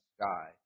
sky